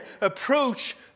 approach